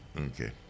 okay